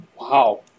Wow